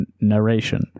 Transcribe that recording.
narration